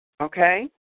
okay